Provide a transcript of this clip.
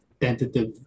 tentative